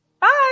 Bye